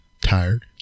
tired